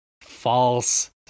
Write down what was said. False